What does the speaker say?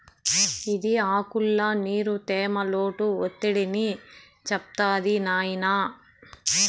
ఇది ఆకుల్ల నీరు, తేమ, లోటు ఒత్తిడిని చెప్తాది నాయినా